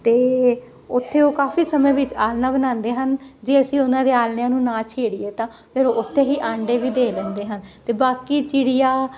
ਤੇ ਉਥੇ ਉਹ ਕਾਫੀ ਸਮੇਂ ਵਿੱਚ ਆਲਣਾ ਬਣਾਉਂਦੇ ਹਨ ਜੇ ਅਸੀਂ ਉਹਨਾਂ ਦੇ ਆਲਿਆਂ ਨੂੰ ਨਾ ਛੇੜੀਏ ਤਾਂ ਫਿਰ ਉਥੇ ਹੀ ਆਂਡੇ ਵੀ ਦੇ ਦਿੰਦੇ ਹਨ ਤੇ ਬਾਕੀ ਚਿੜੀਆ